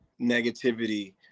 negativity